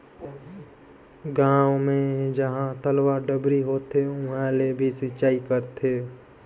गांव मे जहां तलवा, डबरी होथे उहां ले भी सिचई करथे